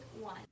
one